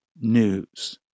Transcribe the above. news